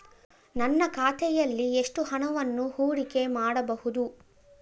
ನನ್ನ ಖಾತೆಯಲ್ಲಿ ಎಷ್ಟು ಹಣವನ್ನು ಹೂಡಿಕೆ ಮಾಡಬಹುದು?